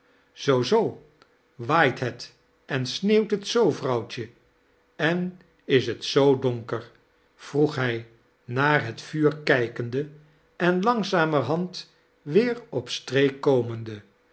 zoo zoo waait het en sneeuwt het zoo vrouwtje en is het zoo donker vroeg hij naar het vuur kij kende en langzamerhand weer op streek komende